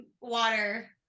Water